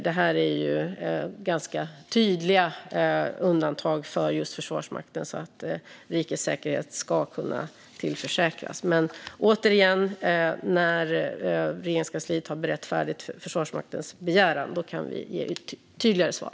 Detta är ganska tydliga undantag som görs för just Försvarsmakten för att rikets säkerhet ska kunna säkerställas. Återigen: När Regeringskansliet har berett färdigt Försvarsmaktens begäran kan vi ge ett tydligare svar.